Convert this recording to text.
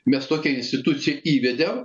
mes tokią instituciją įvedėm